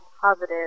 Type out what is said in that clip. positive